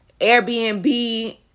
Airbnb